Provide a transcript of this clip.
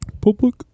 Public